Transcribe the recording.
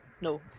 no